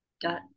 dot